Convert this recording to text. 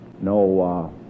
no